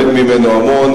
שאני לומד ממנו המון,